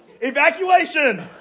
Evacuation